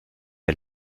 der